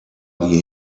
die